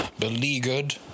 beleaguered